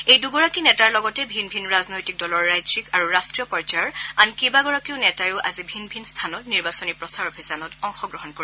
এই দূগৰাকী নেতাৰ লগতে ভিন ভিন ৰাজনৈতিক দলৰ ৰাজ্যিক আৰু ৰাট্টীয় পৰ্যায়ৰ আন কেইবাগৰাকীও নেতাইও আজি ভিন ভিন স্থানত নিৰ্বাচনী প্ৰচাৰ অভিযানত অংশগ্ৰহণ কৰিব